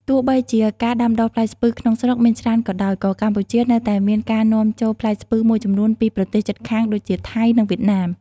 ទោះបីជាការដាំដុះផ្លែស្ពឺក្នុងស្រុកមានច្រើនក៏ដោយ ក៏កម្ពុជានៅតែមានការនាំចូលផ្លែស្ពឺមួយចំនួនពីប្រទេសជិតខាងដូចជា ថៃ និងវៀតណាម។